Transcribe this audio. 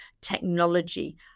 technology